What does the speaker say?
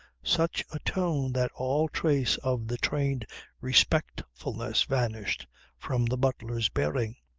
such a tone that all trace of the trained respectfulness vanished from the butler's bearing.